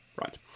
right